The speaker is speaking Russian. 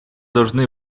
должны